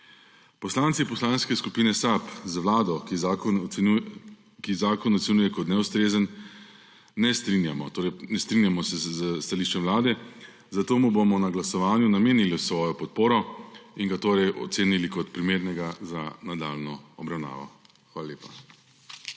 Poslanci Poslanske skupine SAB se z Vlado, ki zakon ocenjuje kot neustrezen, ne strinjamo. Torej, ne strinjamo se s stališčem Vlade, zato mu bomo na glasovanju namenili svojo podporo in ga torej ocenili kot primernega za nadaljnjo obravnavo. Hvala lepa.